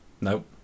Nope